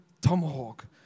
tomahawk